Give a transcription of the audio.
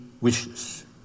wishes